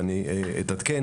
ואני אתעדכן